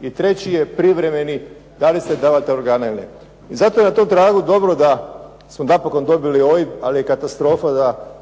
i treći je privremeni da li ste davatelj organa ili ne. Zato je na tom tragu dobro da smo napokon dobili OIB ali je katastrofa da